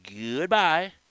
goodbye